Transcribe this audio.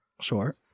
Sure